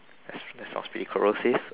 that's that sounds pretty corrosive